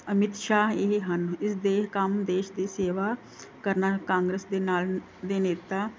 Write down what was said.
ਅਮਿਤ ਸ਼ਾਹ ਇਹ ਹਨ ਇਸ ਦੇ ਕੰਮ ਦੇਸ਼ ਦੀ ਸੇਵਾ ਕਰਨਾ ਕਾਂਗਰਸ ਦੇ ਨਾਲ ਦੇ ਨੇਤਾ